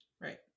Right